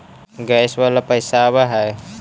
Gas वाला पैसा आव है?